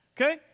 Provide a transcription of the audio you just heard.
Okay